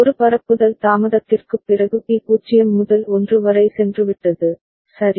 ஒரு பரப்புதல் தாமதத்திற்குப் பிறகு பி 0 முதல் 1 வரை சென்றுவிட்டது சரி